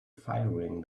firing